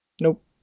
Nope